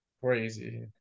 crazy